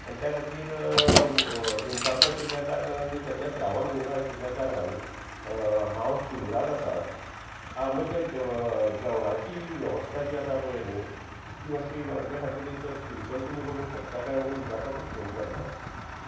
आनी त्या खातीर दनपारचो आशिल्ल्या कारणान आनी सद्या श्रावण म्हयनो आशिल्ल्या कारणान हांव शिवराक आसा म्हज्या जेवणाची वेवस्था जी आसा पळय न्ही ती मातशी म्हज्या खातीर एक स्पेशल तुमी करूंक शकता काय म्हणून विचारपाकूच फोन केल्लो